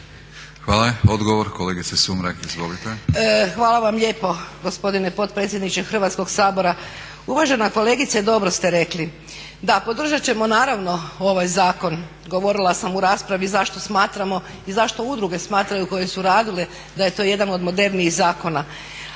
Hvala vam lijepo gospodine potpredsjedniče Hrvatskoga sabora. Uvažena kolegice dobro ste rekli. Da podržati ćemo naravno ovaj zakon. Govorila sam u raspravi zašto smatramo i zašto udruge smatraju koje su radile da je to jedan od modernijih zakona.